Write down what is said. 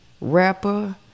rapper